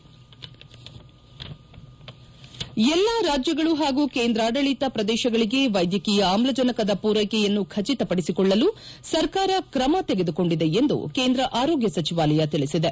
head ಎಲ್ಲಾ ರಾಜ್ಯಗಳು ಹಾಗೂ ಕೇಂದ್ರಾಡಳಿತ ಪ್ರದೇಶಗಳಿಗೆ ವೈದ್ಯಕೀಯ ಆಮ್ಲಜನಕದ ಪೂರೈಕೆಯನ್ನು ಖಚಿತಪಡಿಸಿಕೊಳ್ಳಲು ಸರ್ಕಾರ ಕ್ರಮ ತೆಗೆದುಕೊಂಡಿದೆ ಎಂದು ಕೇಂದ್ರ ಆರೋಗ್ಯ ಸಚಿವಾಲಯ ತಿಳಿಸಿದೆ